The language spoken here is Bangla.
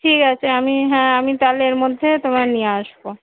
ঠিক আছে আমি হ্যাঁ আমি তাহলে এর মধ্যে তোমায় নিয়ে আসবো